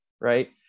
Right